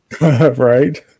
Right